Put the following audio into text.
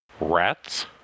Rats